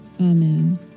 Amen